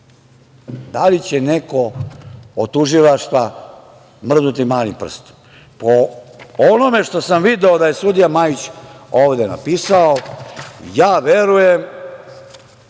li će nego od tužilaštva mrdnuti malim prstom? Po onome što sam video da je sudija Majić ovde napisao, verujem